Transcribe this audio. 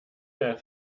der